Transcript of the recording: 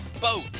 boat